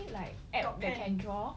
got any like the app can draw